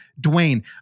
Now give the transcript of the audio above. Dwayne